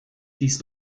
dies